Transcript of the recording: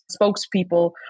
spokespeople